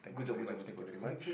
good job good job good job good job